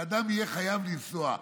שאדם יהיה חייב לנסוע,